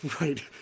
Right